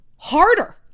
harder